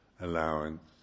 allowance